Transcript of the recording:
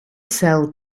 sell